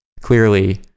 clearly